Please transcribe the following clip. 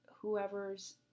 whoever's